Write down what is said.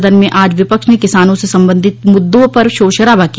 सदन में आज विपक्ष ने किसानों से संबंधित मुद्दों पर शोरशराबा किया